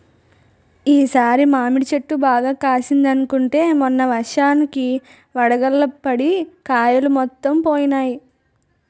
ఈ సారి మాడి చెట్టు బాగా కాసిందనుకుంటే మొన్న వర్షానికి వడగళ్ళు పడి కాయలు మొత్తం పోనాయి